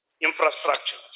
infrastructure